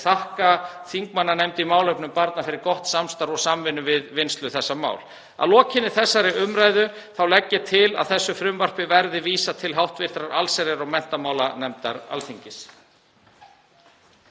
þakka þingmannanefnd í málefnum barna fyrir gott samstarf og samvinnu við vinnslu þessa máls. Að lokinni þessari umræðu legg ég til að frumvarpinu verði vísað til hv. allsherjar- og menntamálanefndar Alþingis.